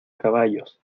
caballos